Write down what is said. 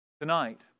Tonight